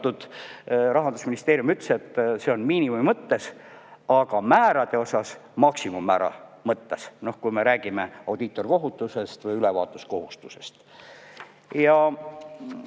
Rahandusministeerium ütles, et see on miinimumi mõttes, aga määrade osas maksimummäära mõttes, kui me räägime audiitorkohustusest või ülevaatuskohustusest.